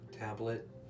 Tablet